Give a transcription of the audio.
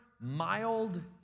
mild